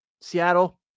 Seattle